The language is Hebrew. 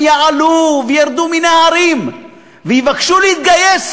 יעלו וירדו מן ההרים ויבקשו להתגייס,